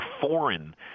foreign